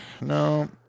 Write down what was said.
No